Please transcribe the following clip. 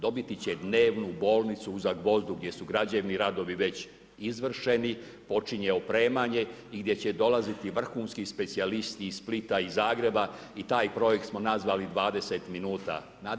Dobiti će dnevnu bolnicu u Zagvozdu gdje su građevni radovi već izvršeni, počinje opremanje i gdje će dolaziti vrhunski specijalisti iz Splita, iz Zagreba i taj projekt smo nazvali 20 min.